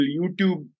YouTube